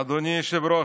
אדוני היושב-ראש,